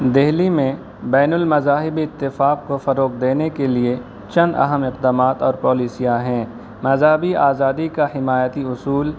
دلی میں بین المذاہب اتفاق کو فروغ دینے کے لیے چند اہم اقدامات اور پولیسیاں ہیں مذہبی آزادی کا حمایتی اصول